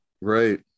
Right